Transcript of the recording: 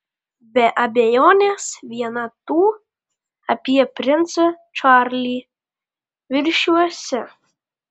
be abejonės viena tų apie princą čarlį viržiuose